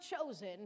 chosen